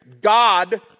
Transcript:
God